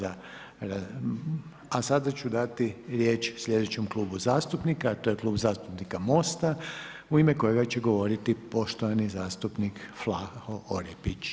A sada ću dati riječ sljedećem klubu zastupnika a to je Klub zastupnika MOST-a u ime kojega će govoriti poštovani zastupnik Vlaho Orepić.